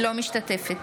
אינה משתתפת